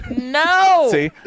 no